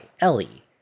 Ellie